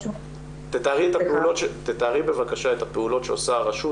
תתארי בבקשה את הפעולות שעושה הרשות